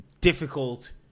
difficult